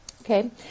Okay